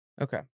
Okay